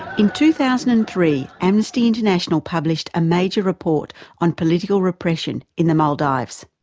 in two thousand and three, amnesty international published a major report on political repression in the maldives.